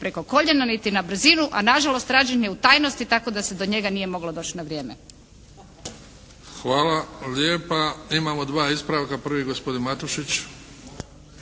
preko koljena niti na brzinu, a na žalost rađen je u tajnosti tako da se do njega nije moglo doći na vrijeme. **Bebić, Luka (HDZ)** Hvala lijepa. Imamo dva ispravka. Prvi je gospodin Matušić.